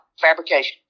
fabrication